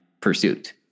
pursuit